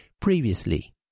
Previously